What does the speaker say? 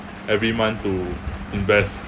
every month to invest